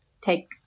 take